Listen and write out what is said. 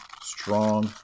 strong